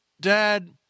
Dad